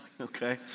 Okay